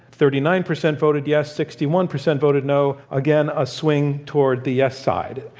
thirty nine percent voted yes, sixty one percent voted no. again, a swing toward the yes side,